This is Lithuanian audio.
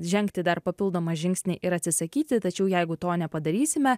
žengti dar papildomą žingsnį ir atsisakyti tačiau jeigu to nepadarysime